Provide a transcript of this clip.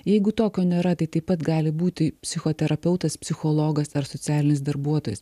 jeigu tokio nėra tai taip pat gali būti psichoterapeutas psichologas ar socialinis darbuotojas